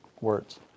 words